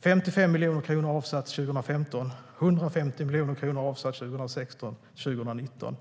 55 miljoner kronor avsätts för 2015, och 150 miljoner kronor avsätts för 2016-2019,